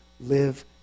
live